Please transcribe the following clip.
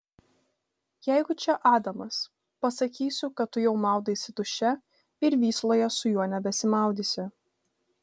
jeigu čia adamas pasakysiu kad tu jau maudaisi duše ir vysloje su juo nebesimaudysi